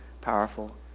powerful